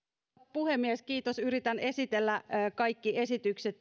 puhemies kiitos yritän esitellä tänään kaikki esitykset